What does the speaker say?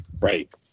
Right